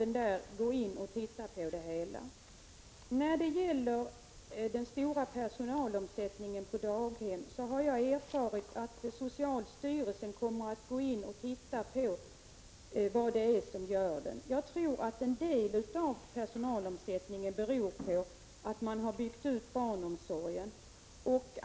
När det gäller den stora personalomsättningen på daghemmen har jag erfarit att socialstyrelsen kommer att undersöka vad den beror på. Jag tror att den delvis hänger samman med att man har byggt ut barnomsorgen.